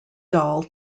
doll